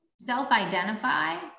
self-identify